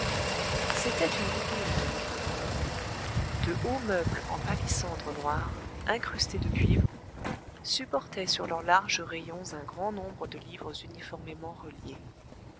c'était une bibliothèque de hauts meubles en palissandre noir incrustés de cuivres supportaient sur leurs larges rayons un grand nombre de livres uniformément reliés